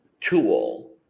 tool